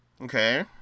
Okay